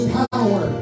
power